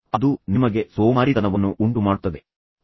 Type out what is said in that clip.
ಅದು ನಿಮಗೆ ಸೋಮಾರಿತನವನ್ನು ಉಂಟುಮಾಡುತ್ತದೆ ನಿಮ್ಮನ್ನು ತುಂಬಾ ಪ್ರೇರೇಪಿಸುವುದಿಲ್ಲ